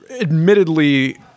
admittedly